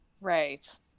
Right